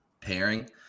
pairing